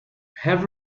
have